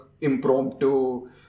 impromptu